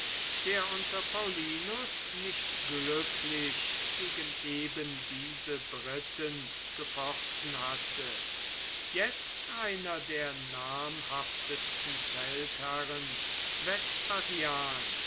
der unter paullinus nicht glücklich gegen eben diese briten gefochten hatte jetzt einer der namhaftesten feldherren